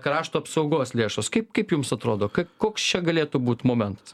krašto apsaugos lėšos kaip kaip jums atrodo k koks čia galėtų būt momentas